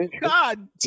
god